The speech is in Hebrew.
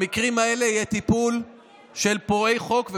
במקרים האלה יהיה טיפול בפורעי החוק.